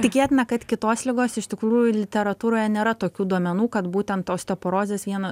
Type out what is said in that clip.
tikėtina kad kitos ligos iš tikrųjų literatūroje nėra tokių duomenų kad būtent osteoporozės viena